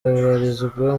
abarizwa